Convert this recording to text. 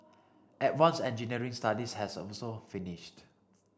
advance engineering studies has also finished